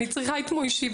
אני צריכה את מויישי.